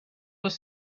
was